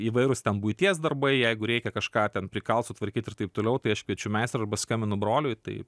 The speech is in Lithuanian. įvairūs ten buities darbai jeigu reikia kažką ten prikalt sutvarkyt ir taip toliau tai aš kviečiu meistrą arba skambinu broliui tai